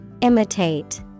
Imitate